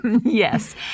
Yes